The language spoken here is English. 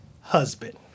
husband